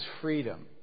freedom